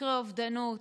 מקרי אובדנות,